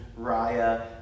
Raya